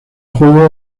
juego